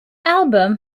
album